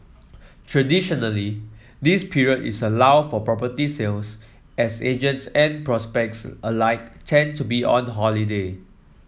traditionally this period is a lull for property sales as agents and prospects alike tend to be on the holiday